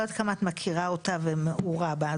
לא יודעת כמה את מכירה אותה ומעורה בה.